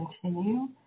continue